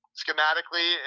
schematically